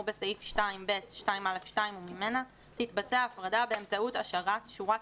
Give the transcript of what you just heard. בסעיף 2(ב)(2א2) וממנה תתבצע הפרדה באמצעות השארת שורת